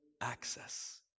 access